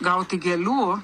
gauti gėlių